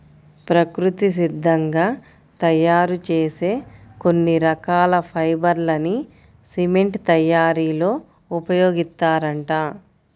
ప్రకృతి సిద్ధంగా తయ్యారు చేసే కొన్ని రకాల ఫైబర్ లని సిమెంట్ తయ్యారీలో ఉపయోగిత్తారంట